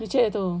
chat I tahu